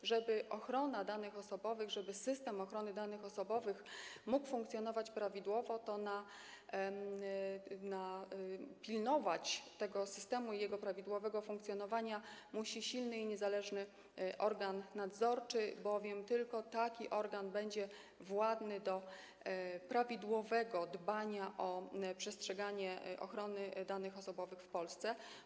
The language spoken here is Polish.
A żeby ochrona danych osobowych, żeby system ochrony danych osobowych mógł funkcjonować prawidłowo, pilnować tego systemu i jego prawidłowego funkcjonowania musi silny i niezależny organ nadzorczy, bowiem tylko taki organ będzie władny prawidłowo dbać o przestrzeganie ochrony danych osobowych w Polsce.